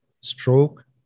stroke